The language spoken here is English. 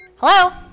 Hello